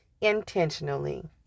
intentionally